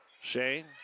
Shane